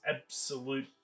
absolute